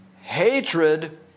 hatred